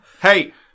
Hey